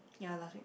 ya last week